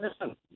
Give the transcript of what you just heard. listen